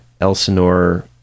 Elsinore